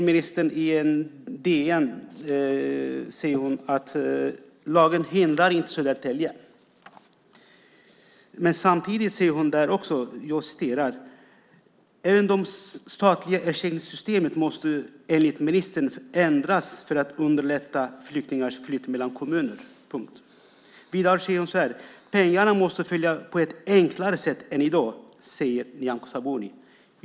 Ministern säger i DN att lagen inte hindrar Södertälje. Samtidigt står det: "Även det statliga ersättningssystemet måste enligt ministern ändras för att underlätta flyktingars flytt mellan kommuner." Vidare säger hon: "Pengarna måste följa personen på ett enklare sätt än i dag." Just det.